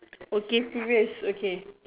okay serious okay